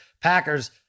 Packers